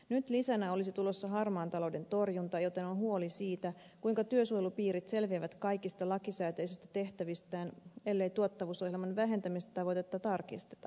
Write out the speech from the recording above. nyt lisänä olisi tulossa harmaan talouden torjunta joten on huoli siitä kuinka työsuojelupiirit selviävät kaikista lakisääteisistä tehtävistään ellei tuottavuusohjelman vähentämistavoitetta tarkisteta